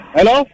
Hello